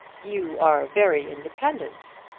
you are very independent,